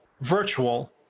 virtual